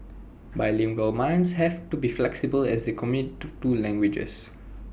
bilingual minds have to be flexible as they commit to two languages